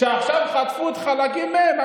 שעכשיו חטפו חלקים מהם,